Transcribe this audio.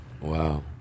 Wow